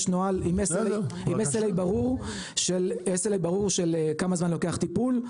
נוהל עםSLA ברור של כמה זמן לוקח טיפול.